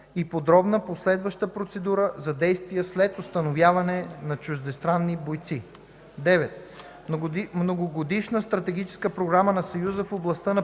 и подробна последваща процедура за действия след установяване на чуждестранни бойци. 9. Многогодишна стратегическа програма на Съюза в областта на